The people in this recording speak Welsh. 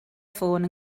ffôn